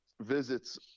visits